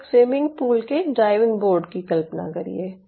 आप एक swimming pool के डाइविंग बोर्ड की कल्पना करिये